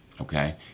okay